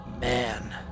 man